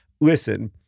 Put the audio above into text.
listen